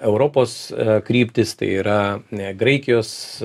europos kryptys tai yra ne graikijos